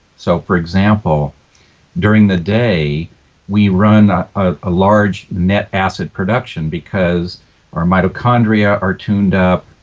so for example during the day we run a large net acid production because our mitochondria are tuned up,